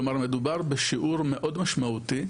כלומר מדובר בשיעור מאוד משמעותי,